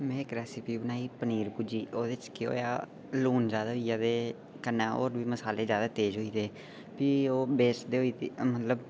में इक रैसिपी बनाई पनीर भुर्जी ओह्दे च केह् होआ लून जैदा होई गेआ ते कन्नै होर बी मसाले जैदा तेज होई गे दे हे फ्ही ओह् वेस्ट मतलब